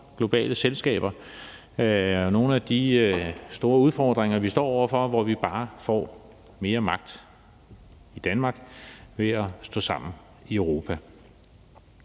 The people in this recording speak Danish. globale selskaber. Det er nogle af de store udfordringer, vi står over for, hvor vi bare får mere magt i Danmark ved at stå sammen i Europa.